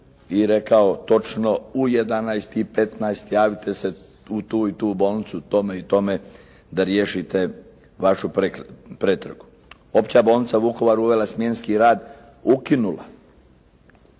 i rekao točno u 11,15 sati javite se u tu i tu bolnicu tome i tome da riješite vašu pretragu. Opća bolnica Vukovar uvela je smjenski rad, ukinula